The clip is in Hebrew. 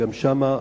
וגם שם,